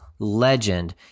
Legend